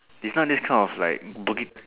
it's not this kind of like Bukit